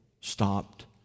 stopped